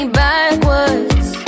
backwards